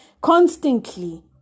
constantly